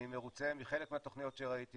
אני מרוצה מחלק מהתוכניות שראיתי,